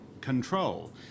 control